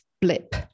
blip